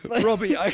Robbie